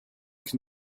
can